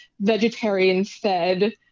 vegetarian-fed